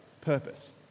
purpose